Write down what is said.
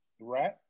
right